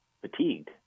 fatigued